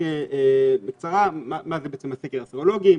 בקצרה, מה זה הסקר הסרולוגי?